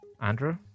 Andrew